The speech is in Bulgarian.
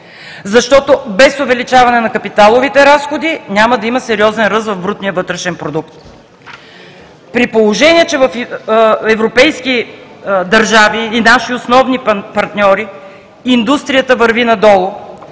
защото без увеличаване на капиталовите разходи няма да има сериозен ръст в брутния вътрешен продукт. При положение че в европейски държави и наши основни партньори индустрията върви надолу,